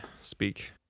speak